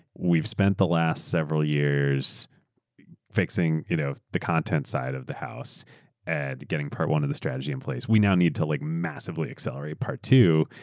spent the last several years fixing you know the content side of the house and getting part one of the strategy in place, we now need to like massively accelerate part two,